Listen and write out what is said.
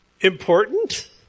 important